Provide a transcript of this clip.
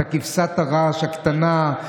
את כבשת הרש הקטנה,